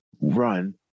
run